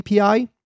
API